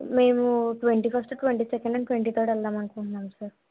మేము twenty first twenty second and twenty third వెళ్దాం అనుకుంట్నాం సార్